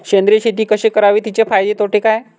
सेंद्रिय शेती कशी करावी? तिचे फायदे तोटे काय?